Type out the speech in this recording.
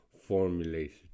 formulated